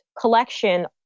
Collection